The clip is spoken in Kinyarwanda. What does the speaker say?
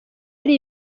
ari